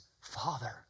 father